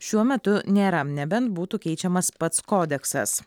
šiuo metu nėra nebent būtų keičiamas pats kodeksas